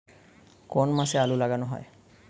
কোন মাসে আলু লাগানো হয়?